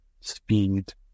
speed